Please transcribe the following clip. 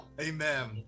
Amen